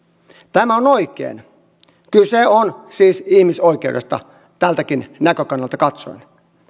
tämä on oikein kyse on siis ihmisoikeudesta tältäkin näkökannalta katsoen